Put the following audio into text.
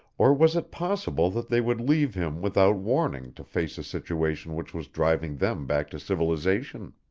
or was it possible that they would leave him without warning to face a situation which was driving them back to civilization?